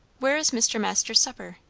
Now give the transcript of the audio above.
where is mr. masters' supper?